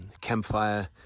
campfire